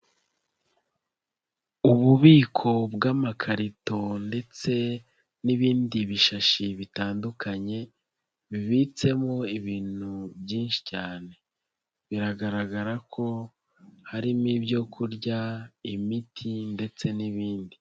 Ububiko bw'amakarito ndetse n'ibindi bishashi bitandukanye, bibitsemo ibintu byinshi cyane. Biragaragara ko harimo ibyo kurya, imiti ndetse n'ibindi.